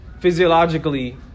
physiologically